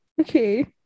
Okay